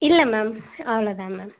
இல்லை மேம் அவ்வளோதான் மேம்